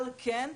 על כן,